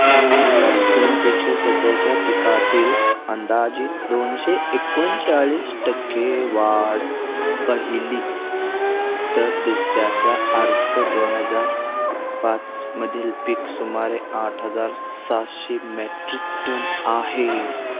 दोन हजार तीनपेक्षा सध्याच्या पिकातील अंदाजित दोनशे एकोणचाळीस टक्के वाढ पहिली तर दुस त्याचा अर्थ दोन हजार पाचमधील पीक सुमारे आठ हजार सातशे मॅट्रिक टन आहे